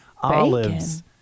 olives